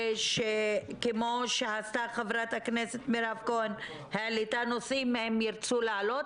כמו שעשתה חברת הכנסת מירב כהן - העלית נושאים אם ירצו להעלות.